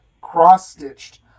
cross-stitched